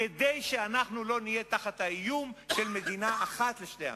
כדי שאנחנו לא נהיה תחת האיום של מדינה אחת לשני עמים,